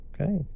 Okay